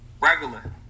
Regular